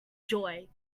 joy